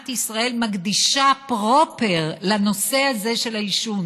מדינת ישראל מקדישה פרופר לנושא הזה של העישון?